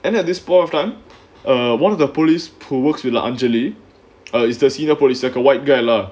and at this point of time one of the police pool works miller anjali is the senior police like a white guy lah